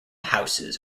houses